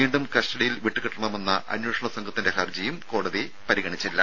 വീണ്ടും കസ്റ്റഡിയിൽ വിട്ടു കിട്ടണമെന്ന അന്വേഷണ സംഘത്തിന്റെ ഹർജി കോടതി പരിഗണിച്ചില്ല